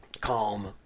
calm